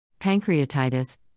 Pancreatitis